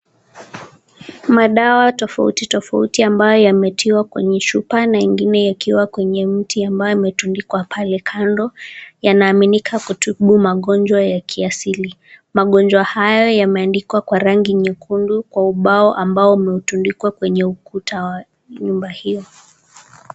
Madawa tofauti tofauti ambayo yametiwa kwenye chupa na ingine yakiwa kwenye mti ambayo yametundikwa pale kando yanaaminika kutumika kutibu magonjwa ya kiasili. Magonjwa hayo yameandikwa kwa rangi nyekundu kwa ubao ambao umetundikwa kwenye ukuta wa nyumba hiyo.